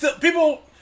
people